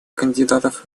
кандидатов